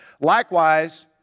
Likewise